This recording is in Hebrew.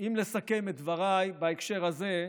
אם לסכם את דבריי בהקשר הזה,